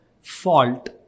fault